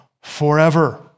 forever